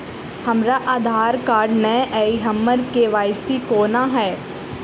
हमरा आधार कार्ड नै अई हम्मर के.वाई.सी कोना हैत?